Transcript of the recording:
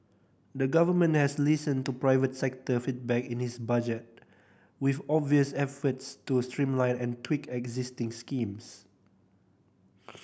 the government has listened to private sector feedback in this Budget with obvious efforts to streamline and tweak existing schemes